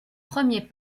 premiers